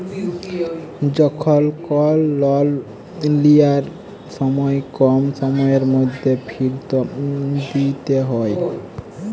যখল কল লল লিয়ার সময় কম সময়ের ম্যধে ফিরত দিইতে হ্যয়